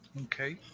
Okay